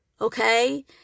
okay